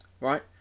Right